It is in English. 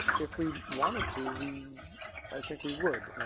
if we wanted to, we i think we would.